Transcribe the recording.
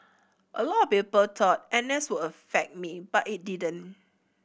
a lot of people thought N S would affect me but it didn't